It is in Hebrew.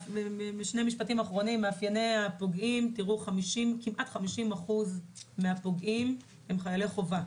מאפייני הפוגעים כמעט 50% מהפוגעים הם חיילי חובה.